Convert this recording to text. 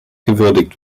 gewürdigt